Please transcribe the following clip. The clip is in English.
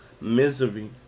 misery